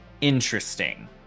Interesting